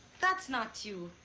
that's not you.